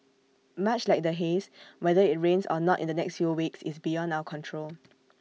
much like the haze whether IT rains or not in the next few weeks is beyond our control